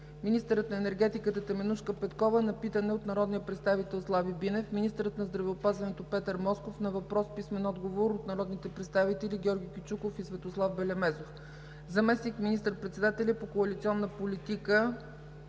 министърът на енергетиката Теменужка Петкова – на питане от народния представител Слави Бинев; - министърът на здравеопазването Петър Москов – на въпрос с писмен отговор от народните представители Георги Кючуков и Светослав Белемезов; - заместник министър-председателят по коалиционна политика